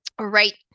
right